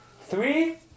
Three